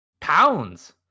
Pounds